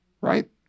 right